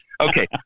Okay